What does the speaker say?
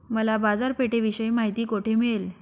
मला बाजारपेठेविषयी माहिती कोठे मिळेल?